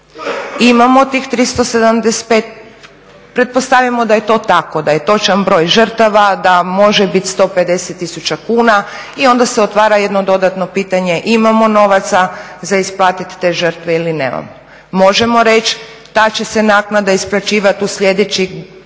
Imamo tih 375, pretpostavimo da je to tako, da je točan broj žrtava, da može bit 150 000 kuna i onda se otvara jedno dodatno pitanje: imamo novaca za isplatit te žrtve ili nemamo. Možemo reći ta će se naknada isplaćivat u sljedećih 3 godine,